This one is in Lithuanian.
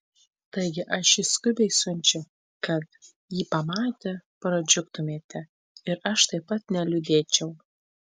taigi aš jį skubiai siunčiu kad jį pamatę pradžiugtumėte ir aš taip pat neliūdėčiau